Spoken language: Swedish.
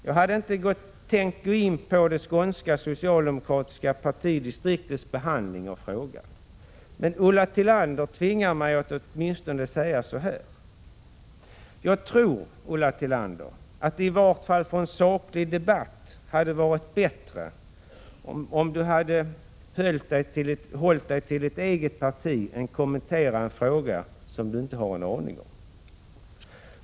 Jag hade inte tänkt gå in på det skånska socialdemokratiska partidistriktets behandling av denna fråga, men Ulla Tillander tvingar mig att säga åtminstone följande. Jag tror att det i varje fall för en saklig debatt hade varit bättre om Ulla Tillander hade hållit sig till sitt eget parti och hade låtit bli att kommentera en fråga som hon inte vet någonting om.